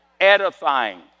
Edifying